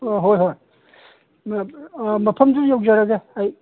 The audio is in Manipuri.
ꯑꯣ ꯍꯣꯏ ꯍꯣꯏ ꯃꯐꯝꯗꯨ ꯌꯧꯖꯔꯒꯦ ꯑꯩ